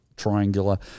triangular